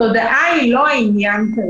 התודעה היא לא העניין.